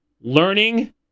Learning